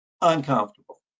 uncomfortable